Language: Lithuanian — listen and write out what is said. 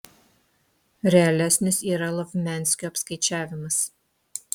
realesnis yra lovmianskio apskaičiavimas